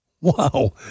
Wow